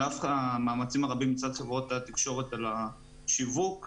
על אף המאמצים הרבים מצד חברות התקשורת לגבי השיווק בנושא,